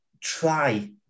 try